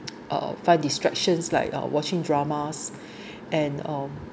uh find distractions like uh watching dramas and um